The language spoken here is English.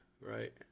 Right